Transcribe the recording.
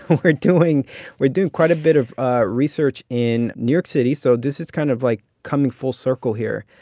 we're doing we're doing quite a bit of research in new york city. so this is kind of, like, coming full circle here.